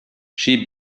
she